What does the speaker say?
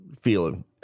feeling